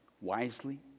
wisely